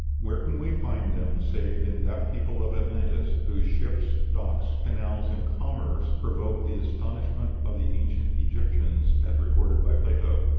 where can we find them save in that people of atlantis, whose ships, docks, canals, and commerce provoked the astonishment of the ancient egyptians, as recorded by plato.